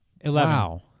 eleven